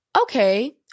Okay